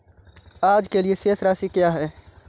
आज के लिए शेष राशि क्या है?